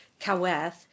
kaweth